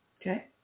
Okay